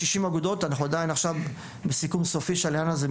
אנחנו עדיין עכשיו בסיכום סופי של העניין הזה,